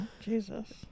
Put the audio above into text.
Jesus